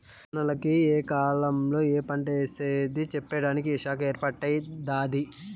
రైతన్నల కి ఏ కాలంలో ఏ పంటేసేది చెప్పేదానికి ఈ శాఖ ఏర్పాటై దాది